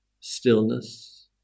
stillness